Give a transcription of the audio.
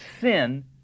sin